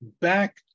back